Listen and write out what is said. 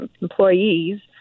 employees